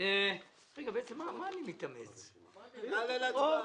אין שום חרטה.